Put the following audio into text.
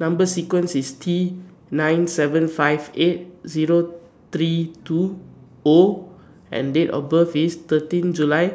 Number sequence IS T nine seven five eight Zero three two O and Date of birth IS thirteen July